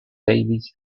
davis